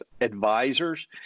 advisors